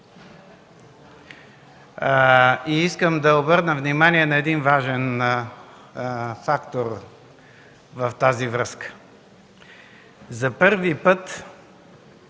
Искам да обърна внимание на един важен фактор в тази връзка. За първи път